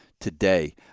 today